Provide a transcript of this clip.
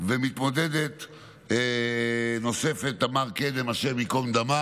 מתמודדת נוספת, תמר קדם, השם ייקום דמה.